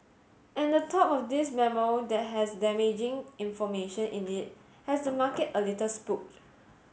and the talk of this memo that has damaging information in it has the market a little spooked